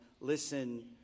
Listen